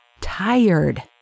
Tired